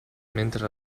mentre